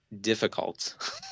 difficult